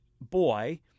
boy